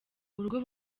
urugo